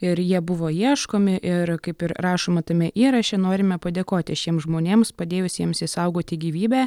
ir jie buvo ieškomi ir kaip ir rašoma tame įraše norime padėkoti šiems žmonėms padėjusiems išsaugoti gyvybę